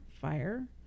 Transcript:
fire